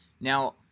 Now